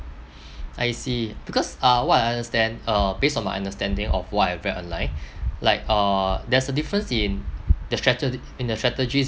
I see because uh what I understand uh based on my understanding of what I've read online like uh there's a difference in the strategy in the strategies